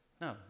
No